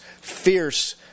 fierce